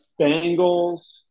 Bengals